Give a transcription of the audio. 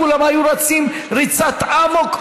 כולם היו רצים ריצת אמוק,